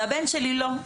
והבן שלי לא,